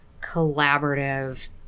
collaborative